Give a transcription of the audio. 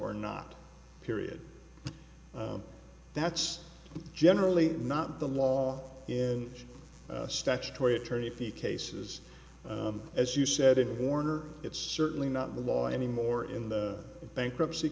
or not period that's generally not the law in statutory attorney few cases as you said in warner it's certainly not the law anymore in the bankruptcy